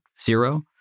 Zero